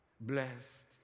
Blessed